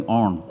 on